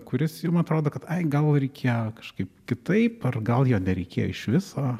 kuris jum atrodo kad ai gal reikėjo kažkaip kitaip ar gal jo nereikėjo iš viso